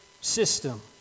system